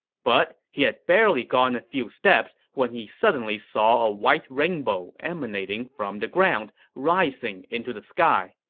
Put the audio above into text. but he had barely gone a few steps when he suddenly saw a white rainbow emanating from the ground, rising into the sky.